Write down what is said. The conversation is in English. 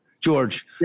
George